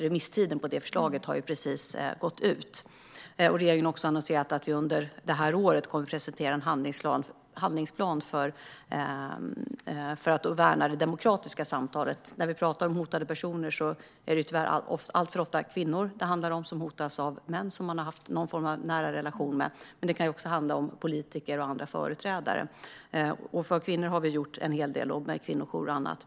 Remisstiden för det förslaget har precis gått ut. Regeringen har också aviserat att vi under detta år kommer att presentera en handlingsplan för att värna det demokratiska samtalet. När vi talar om hotade personer handlar det tyvärr alltför ofta om kvinnor som hotas av män som de har haft någon form av nära relation med. Men det kan också handla om politiker och andra företrädare. För kvinnor har vi gjort en hel del, med kvinnojourer och annat.